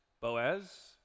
Boaz